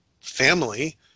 family